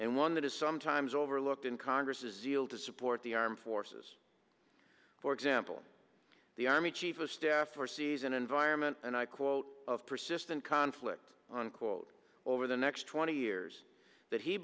and one that is sometimes overlooked in congress's zeal to support the armed forces for example the army chief of staff for season environment and i quote of persistent conflict on quote over the next twenty years that he